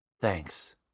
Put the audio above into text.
Thanks